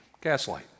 Gaslight